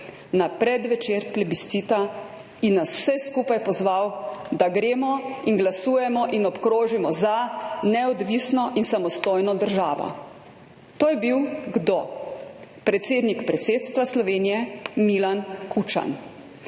na predvečer plebiscita in nas vse skupaj pozval, da gremo in glasujemo in obkrožimo za neodvisno in samostojno državo. To je bil – kdo? Predsednik predsedstva Slovenije Milan Kučan.